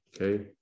okay